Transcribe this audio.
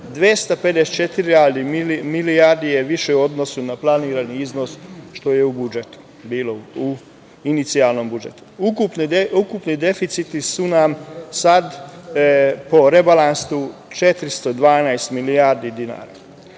254 milijarde više u odnosu na planirani iznos, što je bilo u inicijalnom budžetu. Ukupni deficit nam je sad po rebalansu 412 milijardi dinara. Kod